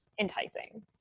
enticing